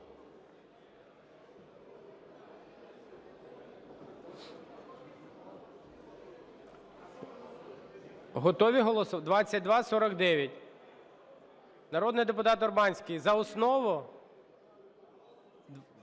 Готові голосувати? 2249. Народний депутат Урбанський, за основу?